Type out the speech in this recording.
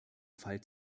fall